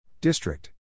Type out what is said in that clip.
District